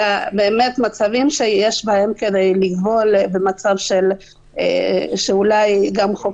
אלא מצבים שיש בהם כדי לגבול במצב שאולי גם חוק